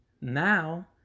now